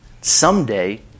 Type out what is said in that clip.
Someday